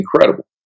incredible